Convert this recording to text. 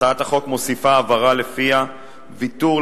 הצעת החוק מוסיפה הבהרה ולפיה ויתור,